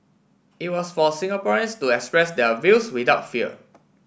it was for Singaporeans to express their views without fear